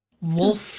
wolf